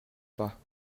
pas